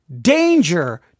danger